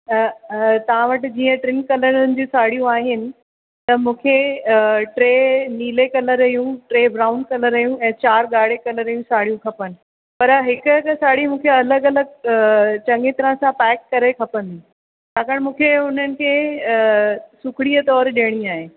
अ अ तव्हां वटि जीअं टिनि कलरुनि जूं साड़ियूं आहिनि त मूंखे टे नीले कलर जूं टे ब्राउन कलर जूं ऐं चारि ॻाढ़े कलर जूं साड़ियूं खपनि पर हिकु हिकु साड़ी मूंखे अलॻि अलॻि अ चङी तरहि सां पैक करे खपनि छाकाणि मूंखे उन्हनि खे अ सूखिड़ीअ तौर ॾियणी आहिनि